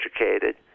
educated